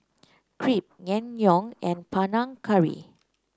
Crepe Naengmyeon and Panang Curry